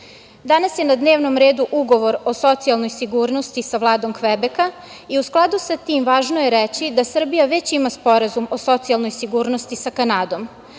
itd. Danas je na dnevnom redu Ugovor o socijalnoj sigurnosti sa Vladom Kvebeka. U skladu sa tim, važno je reći da Srbija već ima Sporazum o socijalnoj sigurnosti sa Kanadom.